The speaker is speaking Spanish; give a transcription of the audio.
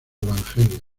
evangelio